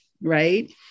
right